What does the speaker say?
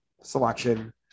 selection